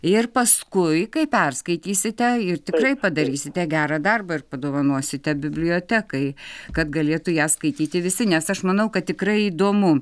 ir paskui kai perskaitysite ir tikrai padarysite gerą darbą ir padovanosite bibliotekai kad galėtų ją skaityti visi nes aš manau kad tikrai įdomu